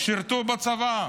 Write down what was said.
שירתו בצבא: